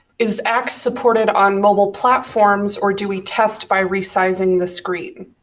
is axe supported on mobile platforms, or do we test by resizing the screen?